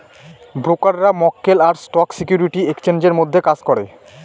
ব্রোকাররা মক্কেল আর স্টক সিকিউরিটি এক্সচেঞ্জের মধ্যে কাজ করে